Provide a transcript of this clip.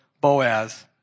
Boaz